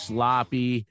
Sloppy